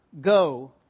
go